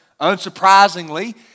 unsurprisingly